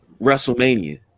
WrestleMania